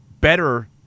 better